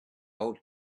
old